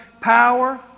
power